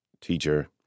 teacher